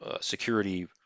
security